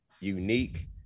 unique